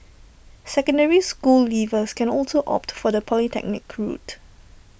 secondary school leavers can also opt for the polytechnic route